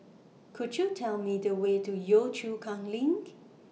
Could YOU Tell Me The Way to Yio Chu Kang LINK